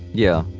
yeah.